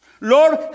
Lord